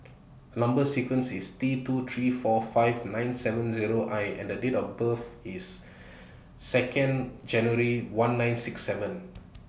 Number sequence IS T two three four five nine seven Zero I and The Date of birth IS Second January one nine six seven